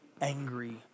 angry